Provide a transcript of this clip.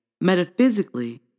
Metaphysically